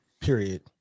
period